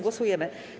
Głosujemy.